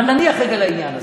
אבל נניח רגע לעניין הזה.